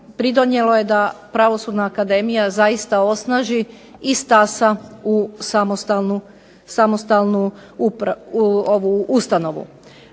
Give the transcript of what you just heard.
pridonijelo je da Pravosudna akademija zaista osnaži i stasa u samostalnu ustanovu.